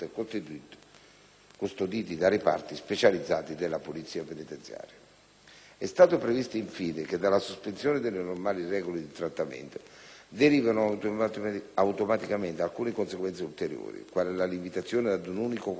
custoditi da reparti specializzati della polizia penitenziaria. È stato previsto, infine, che dalla sospensione delle normali regole di trattamento derivino automaticamente alcune conseguenze ulteriori, quali la limitazione ad un unico colloquio mensile